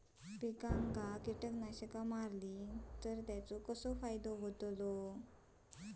पिकांक कीटकनाशका मारली तर कसो फायदो होतलो?